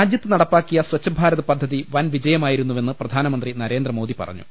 രാജ്യത്ത് നടപ്പാക്കിയ സ്വച്ഛ് ഭാരത് പദ്ധതി വൻ വിജയമായി രുന്നുവെന്ന് പ്രധാനമന്ത്രി നരേന്ദ്രമോദി പറഞ്ഞു